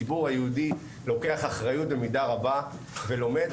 הציבור היהודי לוקח אחריות במידה רבה ולומד,